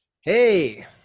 hey